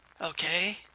Okay